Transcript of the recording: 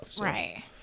Right